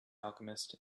alchemist